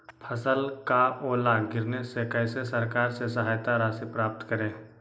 फसल का ओला गिरने से कैसे सरकार से सहायता राशि प्राप्त करें?